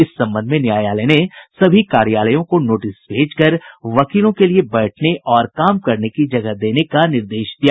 इस संबंध में न्यायालय ने सभी कार्यालयों को नोटिस भेजकर वकीलों के लिए बैठने और काम करने की जगह देने का निर्देश दिया है